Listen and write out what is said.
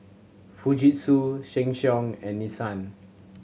Fujitsu Sheng Siong and Nissan